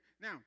Now